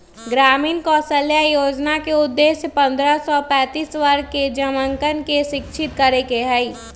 ग्रामीण कौशल्या योजना के उद्देश्य पन्द्रह से पैंतीस वर्ष के जमनकन के शिक्षित करे के हई